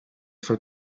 far